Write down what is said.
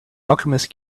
alchemist